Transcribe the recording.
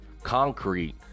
concrete